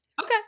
Okay